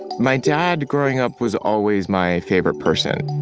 my dad, growing up, was always my favorite person.